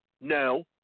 No